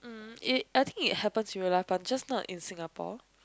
mm it I think it happens in real life but just not in Singapore